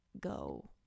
go